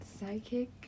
Psychic